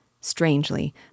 Strangely